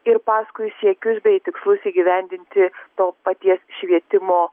ir paskui siekius bei tikslus įgyvendinti to paties švietimo